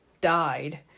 died